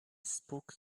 spoke